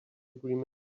agreement